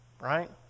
right